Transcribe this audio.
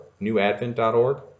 NewAdvent.org